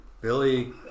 Billy